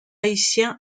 haïtien